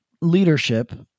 leadership